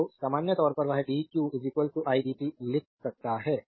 तो सामान्य तौर पर वह dq i dt लिख सकता है